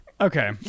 Okay